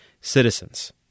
citizens